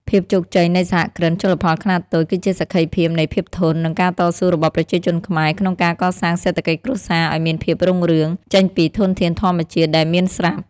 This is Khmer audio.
ភាពជោគជ័យនៃសហគ្រិនជលផលខ្នាតតូចគឺជាសក្ខីភាពនៃភាពធន់ និងការតស៊ូរបស់ប្រជាជនខ្មែរ ក្នុងការកសាងសេដ្ឋកិច្ចគ្រួសារឱ្យមានភាពរុងរឿងចេញពីធនធានធម្មជាតិដែលមានស្រាប់។